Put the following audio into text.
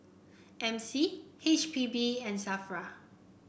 M C H P B and Safra